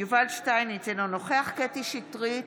יובל שטייניץ, אינו נוכח קטי קטרין שטרית,